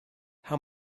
how